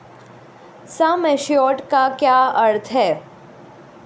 सम assured का क्या अर्थ है?